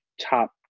top